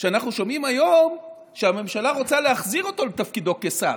שאנחנו שומעים היום שהממשלה רוצה להחזיר אותו לתפקידו כשר.